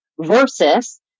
versus